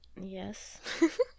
Yes